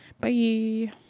Bye